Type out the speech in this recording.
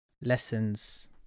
lessons